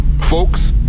Folks